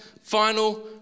final